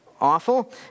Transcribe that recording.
awful